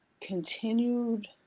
continued